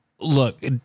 look